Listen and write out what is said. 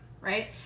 right